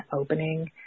opening